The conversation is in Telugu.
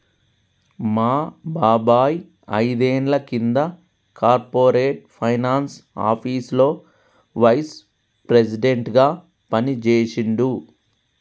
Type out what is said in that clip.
మా బాబాయ్ ఐదేండ్ల కింద కార్పొరేట్ ఫైనాన్స్ ఆపీసులో వైస్ ప్రెసిడెంట్గా పనిజేశిండు